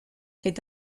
est